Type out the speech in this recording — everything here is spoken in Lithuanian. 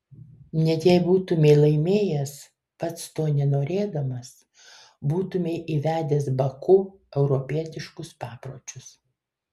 net jei būtumei laimėjęs pats to nenorėdamas būtumei įvedęs baku europietiškus papročius